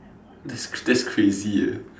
that's that's crazy eh